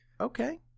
Okay